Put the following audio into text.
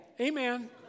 amen